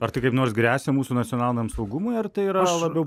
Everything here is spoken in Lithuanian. ar tai kaip nors gresia mūsų nacionaliniam saugumui ar tai yra labiau